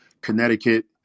Connecticut